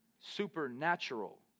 supernatural